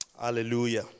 hallelujah